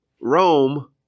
Rome